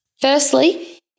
Firstly